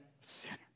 sinner